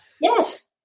Yes